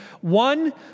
One